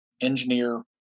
engineer